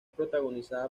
protagonizada